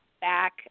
back